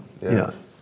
yes